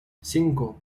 cinco